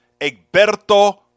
Egberto